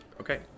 okay